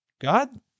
God